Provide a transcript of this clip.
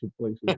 places